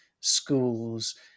schools